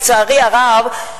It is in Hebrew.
לצערי הרב,